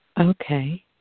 Okay